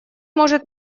может